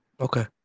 Okay